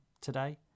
today